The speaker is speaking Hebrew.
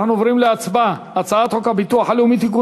אנחנו עוברים להצבעה על הצעת חוק הביטוח הלאומי (תיקון